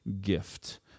gift